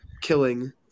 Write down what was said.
killing